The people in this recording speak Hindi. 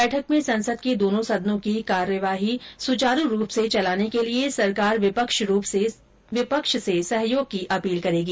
बैठक में संसद के दोनों सदनों की कार्रवाई सुचारु रूप से चलाने के लिए सरकार विपक्ष से सहयोग की अपील करेगी